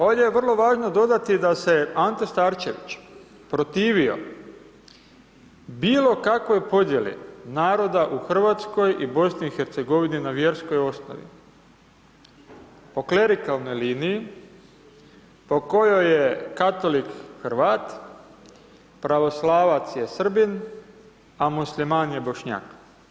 Međutim, ovdje je vrlo važno dodati da se je Ante Starčević protivio bilo kakvoj podjeli naroda u Hrvatskoj i BiH na vjerskoj osnovi, po klerikalnoj liniji po kojoj je katolik Hrvat, pravoslavac je Srbin, a musliman je Bošnjak.